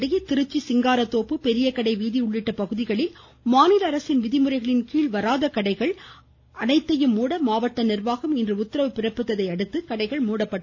இதனிடையே திருச்சி சிங்காரதோப்பு பெரியகடை வீதி உள்ளிட்ட பகுதிகளில் மாநில அரசின் விதிமுறைகளின் கீழ் வராத கடைகள் அனைத்தையும் மாவட்ட நிர்வாகம் இன்று உத்தரவு பிறப்பித்ததை அடுத்து கடைகள் முட மூடப்பட்டன